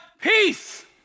peace